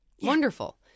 Wonderful